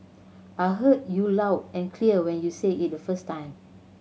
I heard you loud and clear when you said it the first time